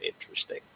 interesting